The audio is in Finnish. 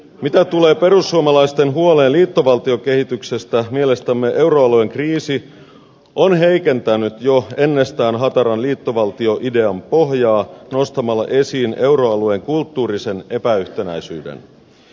mitä tulee perussuomalaisten huoleen liittovaltiokehityksestä mielestämme euroalueen kriisi on heikentänyt jo ennestään hataran liittovaltioidean pohjaa nostamalla esiin euroalueen kulttuurisen epäyhtenäisyyden